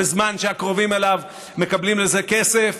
בזמן שהקרובים אליו מקבלים לזה כסף.